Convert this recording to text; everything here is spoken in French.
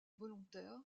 volontaires